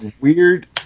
weird